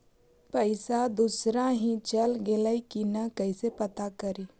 पैसा दुसरा ही चल गेलै की न कैसे पता करि?